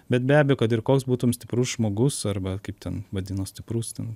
bet be abejo kad ir koks būtum stiprus žmogus arba kaip ten vadina stiprus ten